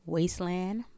Wasteland